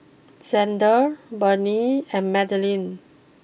Zander Barnie and Madeline